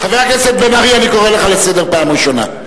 חבר הכנסת בן-ארי, אני קורא אותך לסדר פעם ראשונה.